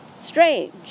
strange